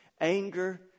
Anger